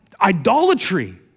idolatry